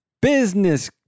Business